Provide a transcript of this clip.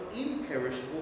imperishable